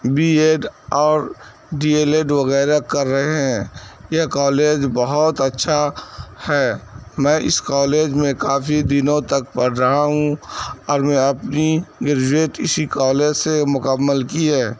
be Ed اور D L Ed وغیرہ کر رہے ہیں یہ کالج بہت اچھا ہے میں اس کالج میں کافی دنوں تک پڑھ رہا ہوں اور میں اپنی گریجویٹ اسی کالج سے مکمل کی ہے